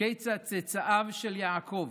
כיצד צאצאיו של יעקב